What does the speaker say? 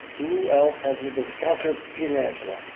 who else has new business? councilor pietrangelo.